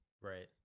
Right